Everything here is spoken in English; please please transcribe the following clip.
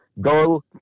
go